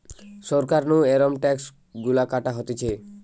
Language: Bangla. সরকার নু এরম ট্যাক্স গুলা কাটা হতিছে